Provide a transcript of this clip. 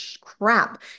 crap